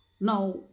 Now